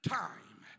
time